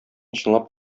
чынлап